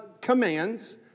commands